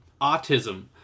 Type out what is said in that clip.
autism